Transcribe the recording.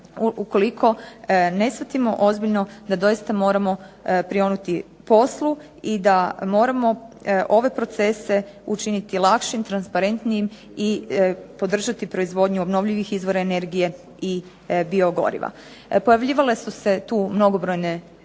ukoliko ne shvatimo ozbiljno da doista moramo prionuti poslu i da moramo ove procese učiniti lakšim, transparentnijim i podržati proizvodnju obnovljivih izvora energije i biogoriva. Pojavljivale su se tu mnogobrojne